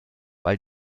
weil